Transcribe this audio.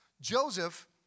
Joseph